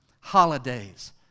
holidays